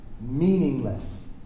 meaningless